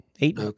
Eight